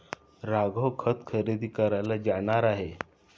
राघव खत खरेदी करायला जाणार आहे